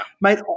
Mate